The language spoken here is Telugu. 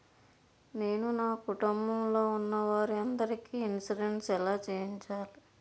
నేను నా కుటుంబం లొ ఉన్న వారి అందరికి ఇన్సురెన్స్ ఎలా చేయించాలి?